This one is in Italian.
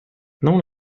non